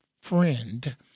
friend